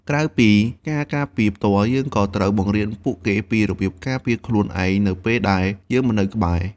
ក្រៅពីការការពារផ្ទាល់ យើងក៏ត្រូវបង្រៀនពួកគេពីរបៀបការពារខ្លួនឯងនៅពេលដែលយើងមិននៅក្បែរ។